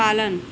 पालन